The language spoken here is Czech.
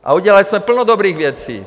A udělali jsme plno dobrých věcí.